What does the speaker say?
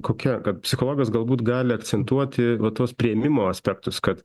kokia kad psichologas galbūt gali akcentuoti tuos priėmimo aspektus kad